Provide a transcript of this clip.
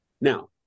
Now